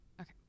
Okay